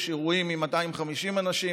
יש אירועים עם 250 אנשים,